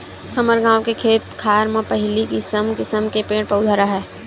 हमर गाँव के खेत खार म पहिली किसम किसम के पेड़ पउधा राहय